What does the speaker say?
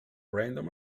random